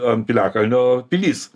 ant piliakalnio pilis